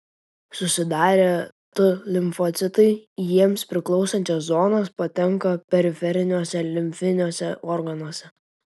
susidarę t limfocitai į jiems priklausančias zonas patenka periferiniuose limfiniuose organuose